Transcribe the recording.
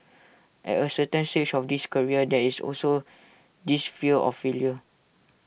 at A certain stage of this career there is also this fear of failure